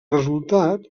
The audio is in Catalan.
resultat